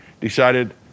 decided